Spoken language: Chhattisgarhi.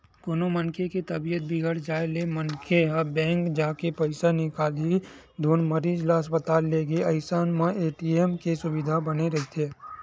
कोनो मनखे के तबीयत बिगड़ जाय ले मनखे ह बेंक जाके पइसा निकालही धुन मरीज ल अस्पताल लेगही अइसन म ए.टी.एम के सुबिधा बने रहिथे